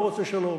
לא רוצה שלום.